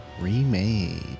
remade